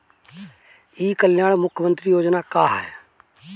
ई कल्याण मुख्य्मंत्री योजना का है?